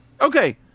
Okay